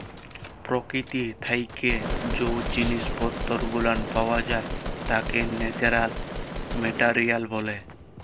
পরকীতি থাইকে জ্যে জিনিস পত্তর গুলান পাওয়া যাই ত্যাকে ন্যাচারাল মেটারিয়াল ব্যলে